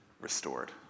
restored